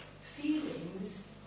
feelings